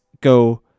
Go